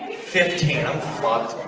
fifteen? i'm fucked.